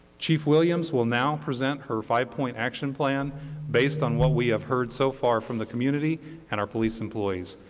chief williams will now present her five-point action plan based on what we have heard so far from the community and our police employees.